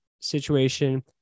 situation